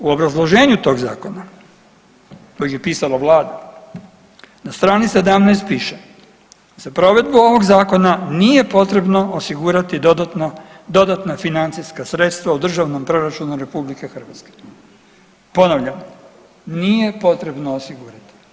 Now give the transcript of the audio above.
U obrazloženju tog zakona kojeg je pisala vlada na str. 17 piše, za provedbu ovog zakona nije potrebno osigurati dodatna financijska sredstva u Držanom proračunu RH, ponavljam nije potrebno osigurati.